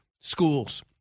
schools